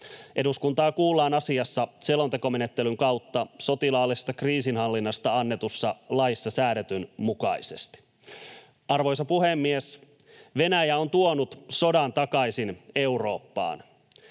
Eduskuntaa kuullaan asiassa selontekomenettelyn kautta sotilaallisesta kriisinhallinnasta annetussa laissa säädetyn mukaisesti. Arvoisa puhemies! Venäjä on tuonut sodan takaisin Eurooppaan.